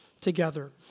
together